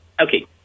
Okay